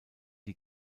die